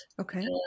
Okay